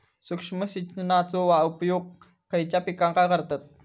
सूक्ष्म सिंचनाचो उपयोग खयच्या पिकांका करतत?